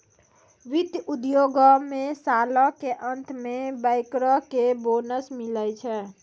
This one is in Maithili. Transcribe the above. वित्त उद्योगो मे सालो के अंत मे बैंकरो के बोनस मिलै छै